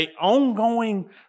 ongoing